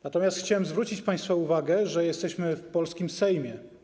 Natomiast chciałem zwrócić państwa uwagę na to, że jesteśmy w polskim Sejmie.